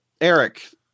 Eric